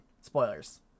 Spoilers